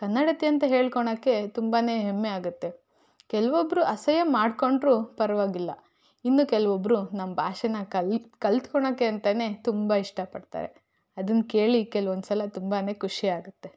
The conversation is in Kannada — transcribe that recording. ಕನ್ನಡತಿ ಅಂತ ಹೇಳ್ಕೋಳಕೆ ತುಂಬಾ ಹೆಮ್ಮೆ ಆಗತ್ತೆ ಕೆಲವೊಬ್ಬರು ಅಸಹ್ಯ ಮಾಡ್ಕೊಂಡರೂ ಪರವಾಗಿಲ್ಲ ಇನ್ನು ಕೆಲವೊಬ್ಬರು ನಮ್ಮ ಭಾಷೆನ ಕಲ್ ಕಲ್ತ್ಕೊಳಕೆ ಅಂತಲೇ ತುಂಬ ಇಷ್ಟಪಡ್ತಾರೆ ಅದನ್ನು ಕೇಳಿ ಕೆಲವೊಂದು ಸಲ ತುಂಬಾ ಖುಷಿ ಆಗತ್ತೆ